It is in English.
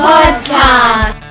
Podcast